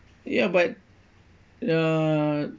ya but uh